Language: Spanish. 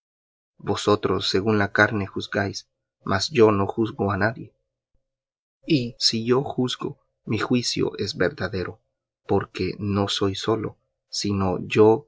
vosotros según la carne juzgáis mas yo no juzgo á nadie y si yo juzgo mi juicio es verdadero porque no soy solo sino yo